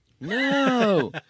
No